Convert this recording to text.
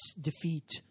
defeat